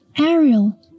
Ariel